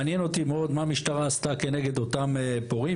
מעניין אותי מאוד מה המשטרה עשתה כנגד אותם פורעים,